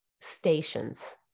stations